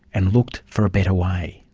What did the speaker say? and looked for a better way.